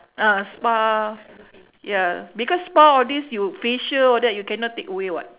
ah spa ya because spa all this you facial all that you cannot take away [what]